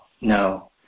no